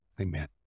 Amen